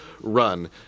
run